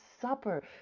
Supper